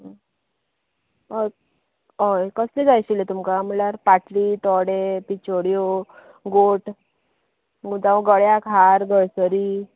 हय हय कसलें जाय आशिल्लें तुमकां म्हळ्यार पाटली तोडे पिच्योड्यो गोठ मुदम गळ्याक हार गळसरी